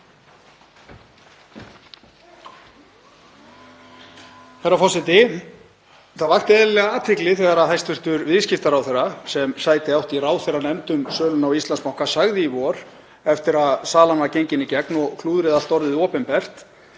Herra forseti. Það vakti eðlilega athygli þegar hæstv. viðskiptaráðherra, sem sæti átti í ráðherranefnd um sölu á Íslandsbanka, sagði í vor eftir að salan var gengin í gegn og klúðrið allt orðið opinbert